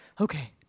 okay